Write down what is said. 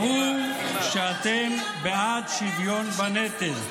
ברור שאתם בעד שוויון בנטל,